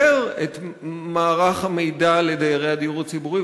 את מערך המידע לדיירי הדיור הציבורי,